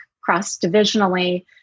cross-divisionally